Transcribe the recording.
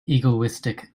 egoistic